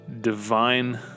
divine